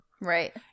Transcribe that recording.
Right